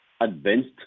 advanced